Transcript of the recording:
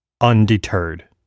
undeterred